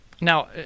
now